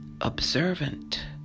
observant